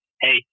hey